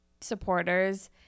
supporters